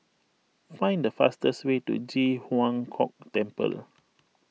find the fastest way to Ji Huang Kok Temple